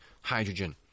hydrogen